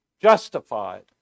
justified